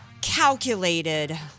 calculated